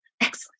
Excellent